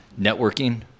networking